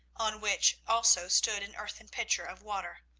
on which also stood an earthen pitcher of water.